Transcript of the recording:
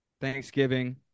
Thanksgiving